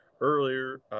earlier